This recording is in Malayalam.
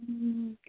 മ്